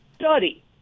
study